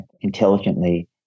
intelligently